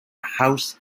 house